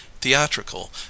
theatrical